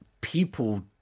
people